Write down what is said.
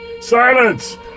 Silence